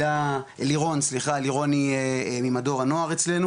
לירון היא ממדור הנוער אצלנו